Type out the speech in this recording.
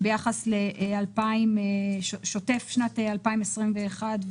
לעניין ההצעה לשנת 2022,